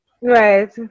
Right